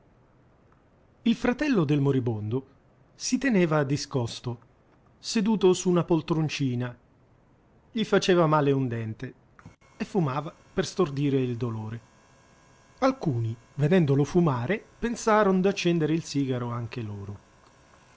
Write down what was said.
il fratello del moribondo si teneva discosto seduto su una poltroncina gli faceva male un dente e fumava per stordire il dolore alcuni vedendolo fumare pensaron d'accendere il sigaro anche loro